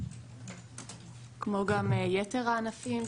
כמו גם יתר הענפים,